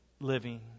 living